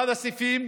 אחד מהסעיפים,